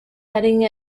heading